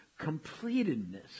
completedness